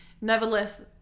nevertheless